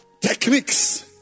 techniques